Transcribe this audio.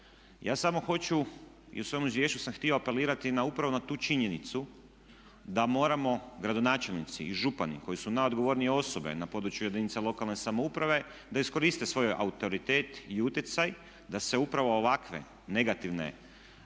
Ja samo hoću, i u svom izvješću sam htio apelirati, upravo na tu činjenicu da moramo gradonačelnici i župani koji su najodgovornije osobe na području jedinica lokalne samouprave da iskoriste svoj autoritet i utjecaj da se upravo ovakvi negativni